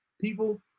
people